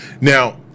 Now